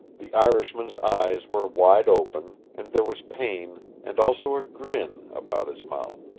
the irishman's eyes were wide open, and there was pain, and also a grin, about his mouth.